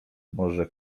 może